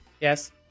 Yes